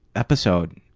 episode?